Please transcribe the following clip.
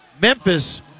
Memphis